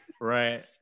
right